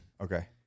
Okay